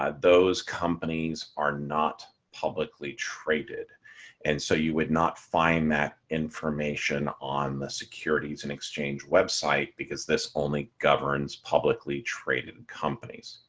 um those companies are not publicly traded and so you would not find that information on the securities and exchange website because this only governs publicly traded companies.